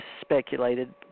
speculated